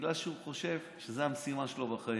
בגלל שהוא חושב שזו המשימה שלו בחיים.